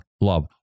love